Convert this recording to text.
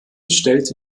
stellte